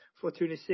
Fortuna